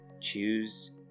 choose